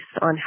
on